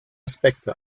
aspekte